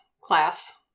class